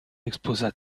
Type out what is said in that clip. exposa